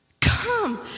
Come